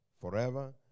forever